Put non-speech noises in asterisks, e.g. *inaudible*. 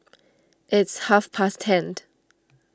it's half past ten *unintelligible*